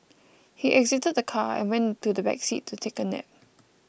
he exited the car and went to the back seat to take a nap